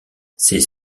ses